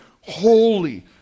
holy